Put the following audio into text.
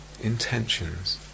Intentions